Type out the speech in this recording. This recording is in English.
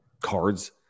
cards